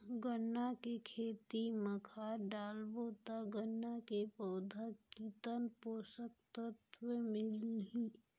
गन्ना के खेती मां खाद डालबो ता गन्ना के पौधा कितन पोषक तत्व मिलही?